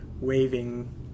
waving